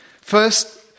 First